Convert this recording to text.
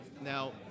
Now